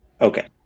Okay